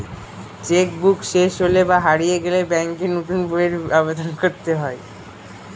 check book শেষ হলে বা হারিয়ে গেলে ব্যাঙ্কে নতুন বইয়ের আবেদন করতে হয়